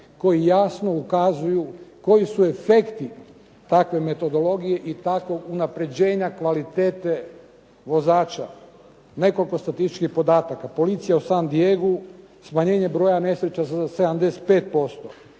koji jasno ukazuju koji su efekti takve metodologije i takvog unapređenja kvalitete vozača. Nekoliko statističkih podataka. Policija u San Diegu smanjenje broja nesreća za 75%,